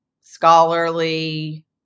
scholarly